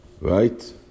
Right